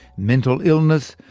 mental illness,